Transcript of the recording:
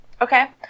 Okay